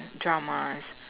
Dramas